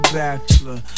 bachelor